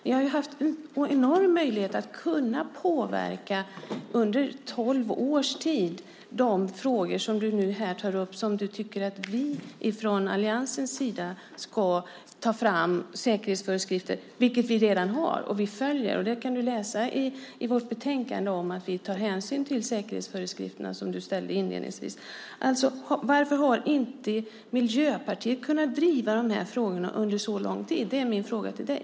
Ni har ju haft en enorm möjlighet under tolv års tid att påverka de frågor som du tar upp här och som du tycker att alliansen ska ta fram säkerhetsföreskrifter för. Det har vi för övrigt redan gjort, och vi följer dem. I vårt betänkande kan du läsa att vi tar hänsyn till de säkerhetsföreskrifter som du talade om inledningsvis. Varför har inte Miljöpartiet kunnat driva de här frågorna när man haft så lång tid på sig? Det är min fråga till dig.